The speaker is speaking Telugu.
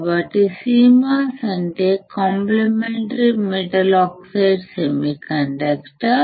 కాబట్టి CMOS అంటే కాంప్లిమెంటరీ మెటల్ ఆక్సైడ్ సెమీకండక్టర్